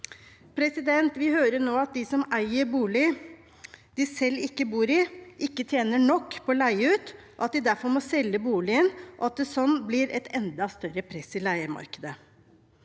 Vi hører nå at de som eier bolig de selv ikke bor i, ikke tjener nok på å leie ut, at de derfor må selge boligen, og at det sånn blir et enda større press i leiemarkedet,